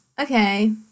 okay